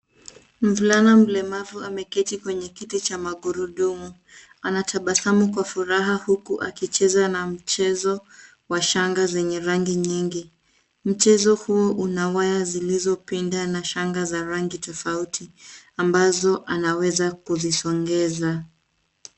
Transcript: Mvulana mlemavu ameketi kwenye kiti cha magurudumu. Anatabasamu kwa furaha huku akicheza na mchezo wa shanga zenye rangi nyingi. Mchezo huu una waya zilizopinda na shanga za rangi tofauti, ambazo anaweza kuzisongeza.